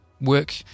work